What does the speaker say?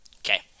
Okay